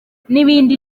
n’ibindi